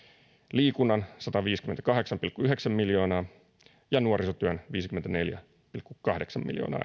liikunnan sataviisikymmentäkahdeksan pilkku yhdeksän miljoonaa ja nuorisotyön viisikymmentäneljä pilkku kahdeksan miljoonaa euroa